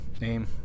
name